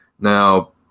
Now